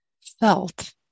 felt